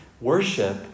Worship